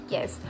Yes